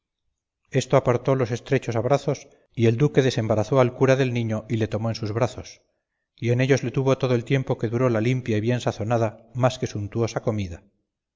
esto apartó los estrechos abrazos y el duque desembarazó al cura del niño y le tomó en sus brazos y en ellos le tuvo todo el tiempo que duró la limpia y bien sazonada más que sumptuosa comida